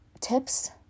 tips